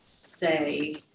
say